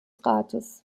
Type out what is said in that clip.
rates